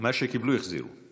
מה שקיבלו, החזירו.